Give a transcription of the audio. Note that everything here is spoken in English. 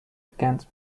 against